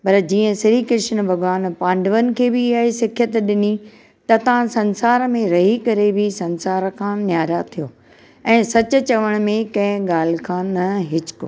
पर जीअं श्री कृष्ण भॻवानु पांडवनि खे बि इहो ई सिख्यत ॾिनी त तव्हां संसार में रही करे बि संसार खां न्यारा थियो ऐं सचु चवण में कंहिं ॻाल्हि खां न हिचको